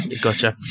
gotcha